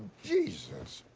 jesus.